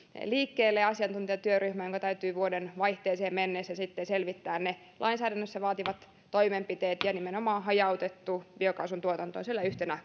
liikkeelle asiantuntijatyöryhmä jonka täytyy vuodenvaihteeseen mennessä sitten selvittää ne lainsäädännössä vaadittavat toimenpiteet ja nimenomaan hajautettu biokaasuntuotanto on siellä yhtenä